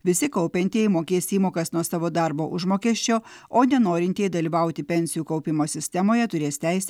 visi kaupiantieji mokės įmokas nuo savo darbo užmokesčio o nenorintieji dalyvauti pensijų kaupimo sistemoje turės teisę